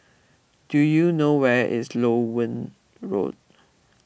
do you know where is Loewen Road